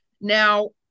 Now